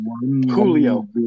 Julio